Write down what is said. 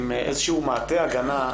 עם איזשהו מעטה הגנה,